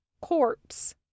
corpse